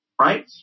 Right